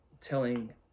telling